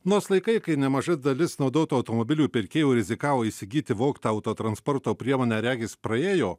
nors laikai kai nemaža dalis naudotų automobilių pirkėjų rizikavo įsigyti vogtą autotransporto priemonę regis praėjo